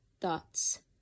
thoughts